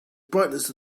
brightness